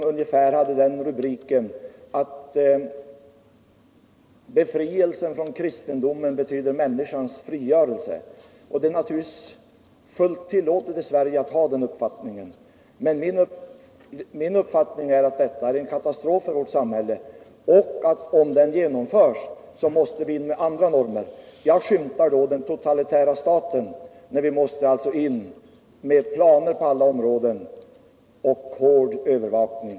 Rubriken på artikeln var ungefär: Befrielse från kristendomen betyder människans frigörelse. Det är naturligtvis fullt tillåtet i Sverige att ha den uppfattningen, men min uppfattning är att det är en katastrof för Sverige, och om den förverkligas måste vi ha andra normer. Jag skymtar den totalitära staten när vi måste gå in med planer och hård övervakning på alla områden.